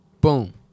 Boom